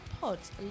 pods